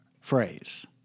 phrase